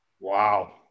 Wow